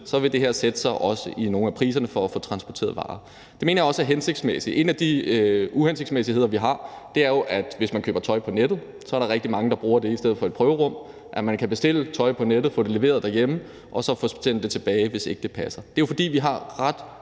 også vil sætte sig i nogle af priserne for at få transporteret varer. Det mener jeg også er hensigtsmæssigt. En af de uhensigtsmæssigheder, vi har, er jo, at man, hvis man køber tøj på nettet, bruger det i stedet for et prøverum – og det er der rigtig mange der gør – altså at man kan bestille tøj på nettet, få det leveret hjem og så få sendt det tilbage, hvis ikke det passer. Det er jo, fordi vi har ret